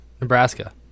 Nebraska